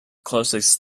closest